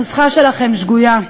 הנוסחה שלכם שגויה,